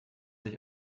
sich